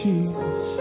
Jesus